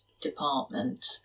department